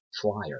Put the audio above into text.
flyer